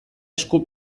esku